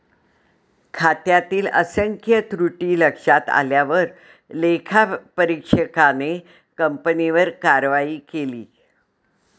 खात्यातील असंख्य त्रुटी लक्षात आल्यावर लेखापरीक्षकाने कंपनीवर कारवाई केली